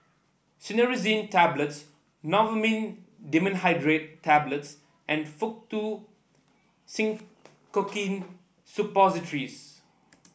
Cinnarizine Tablets Novomin Dimenhydrinate Tablets and Faktu Cinchocaine Suppositories